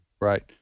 right